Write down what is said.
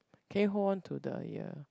can you hold on to the ear